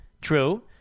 True